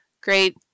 Great